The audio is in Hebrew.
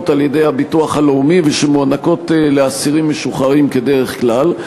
על-ידי הביטוח הלאומי ושמוענקות לאסירים משוחררים כדרך כלל,